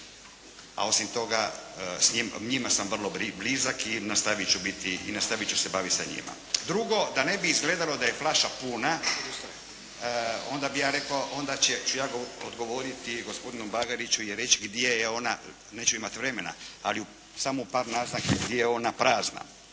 a osim toga s njima sam vrlo blizak i nastavit ću se baviti sa njima. Drugo, da ne bi izgledalo da je flaša puna, onda ću ja odgovoriti gospodinu Bagariću i reći gdje je ona, neću imati vremena, ali samo u par naznaka, gdje je ona prazna.